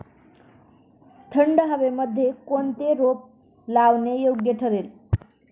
थंड हवेमध्ये कोणते रोप लावणे योग्य ठरेल?